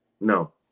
No